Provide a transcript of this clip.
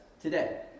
today